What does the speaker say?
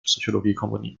psychologie